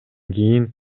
кийин